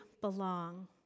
belong